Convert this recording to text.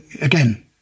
again